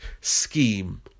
scheme